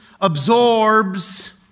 absorbs